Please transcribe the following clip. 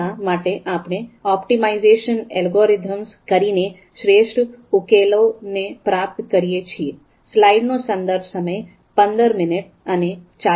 એના માટે આપણે ઓપ્ટિમાઇઝેશન એલ્ગોરિધમ્સ કરીને શ્રેષ્ઠ ઉકેલોને પ્રાપ્ત કરી શકીએ